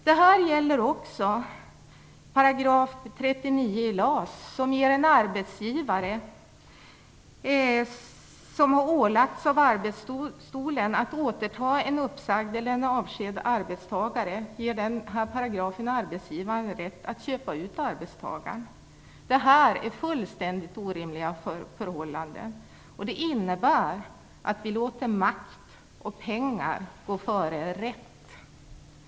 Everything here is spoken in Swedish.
Detta gäller också 39 § i LAS som ger en arbetsgivare, som har ålagts av Arbetsdomstolen att återta en uppsagd eller avskedad arbetstagare, rätt att köpa ut arbetstagaren. Det är fullständigt orimliga förhållanden som innebär att vi låter makt och pengar gå före rätt.